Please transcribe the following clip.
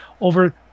over